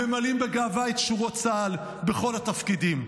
ממלאים בגאווה את שורות צה"ל בכל התפקידים.